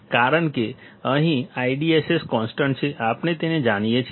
કારણ કે અહીં IDSS કોન્સ્ટન્ટ છે આપણે તેને જાણીએ છીએ